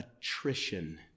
attrition